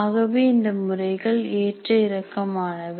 ஆகவே இந்த முறைகள் ஏற்ற இறக்கமானவை